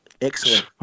Excellent